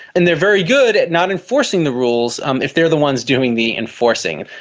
and they are very good at not enforcing the rules um if they are the ones doing the enforcing.